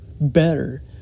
better